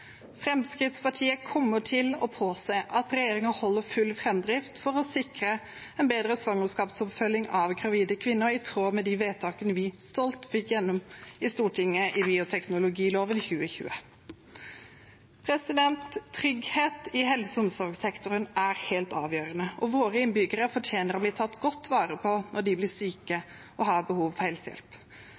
Fremskrittspartiet kommer til å påse at regjeringen holder full framdrift for å sikre en bedre svangerskapsoppfølging av gravide kvinner i tråd med de vedtakene vi stolt fikk gjennom i Stortinget i bioteknologiloven i 2020. Trygghet i helse- og omsorgssektoren er helt avgjørende, og våre innbyggere fortjener å bli tatt godt vare på når de blir syke og har behov for helsehjelp.